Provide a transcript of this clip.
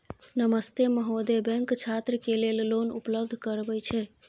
नमस्ते महोदय, बैंक छात्र के लेल लोन उपलब्ध करबे छै?